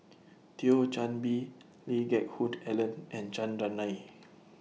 Thio Chan Bee Lee Geck Hoon Ellen and Chandran Nair